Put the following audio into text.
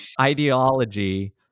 ideology